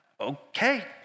okay